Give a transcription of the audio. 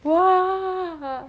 !wah! ah